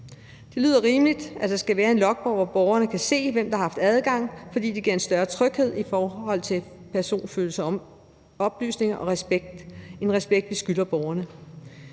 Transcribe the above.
Det lyder rimeligt, at der skal være en logbog, så borgeren kan se, hvem der har haft adgang til journalen, fordi det giver en større tryghed med hensyn til personfølsomme oplysninger, og det er en respekt, som vi skylder borgeren.